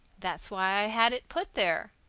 that's why i had it put there.